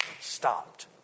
stopped